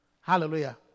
Hallelujah